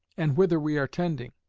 and whither we are tending,